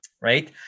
right